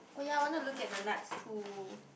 oh ya I wanted to look at the nuts too